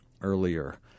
earlier